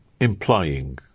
implying